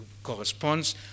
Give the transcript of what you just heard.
corresponds